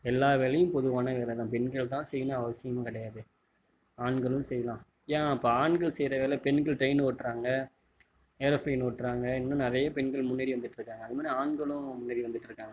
எல்லா வேலையும் பொதுவான வேலைதான் பெண்கள்தான் செய்யணும் அவசியம் கிடையாது ஆண்களும் செய்யலாம் ஏன் இப்போ ஆண்கள் செய்கிற வேலை பெண்கள் ட்ரையின் ஓட்டுறாங்க ஏரோபிளேன் ஓட்டுறாங்க இன்னும் நிறையா பெண்கள் முன்னேறி வந்துகிட்டு இருக்காங்க அதுமாதிரி ஆண்களும் முன்னேறி வந்துகிட்டு இருக்காங்க